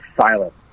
silent